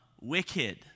wicked